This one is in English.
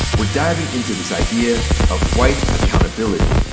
we're diving into this idea of white accountability,